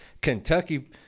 Kentucky